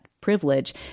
privilege